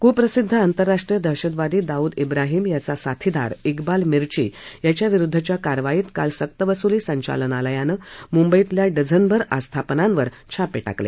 कुप्रसिद्ध आंतरराष्ट्रीय दहशतवादी दाऊद इब्राहीम याचा साथीदार इक्बाल मिर्ची याच्याविरुद्धच्या कारवाईत काल सक्तवसुली संचालनालयाने मुंबईतल्या डझनभर आस्थापनांवर छापे टाकले